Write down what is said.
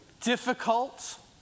difficult